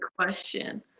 question